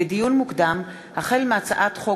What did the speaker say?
לדיון מוקדם: החל בהצעת חוק